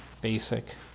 basic